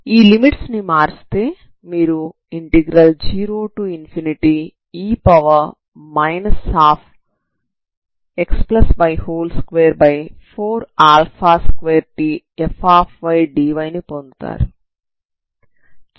ఈ లిమిట్స్ మార్చితే మీరు 0e xy242tfdy ని పొందుతారు